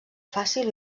fàcil